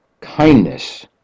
kindness